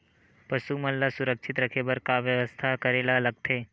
पशु मन ल सुरक्षित रखे बर का बेवस्था करेला लगथे?